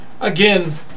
again